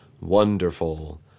wonderful